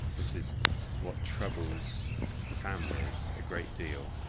this is what troubles the families a great deal.